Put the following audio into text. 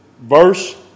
verse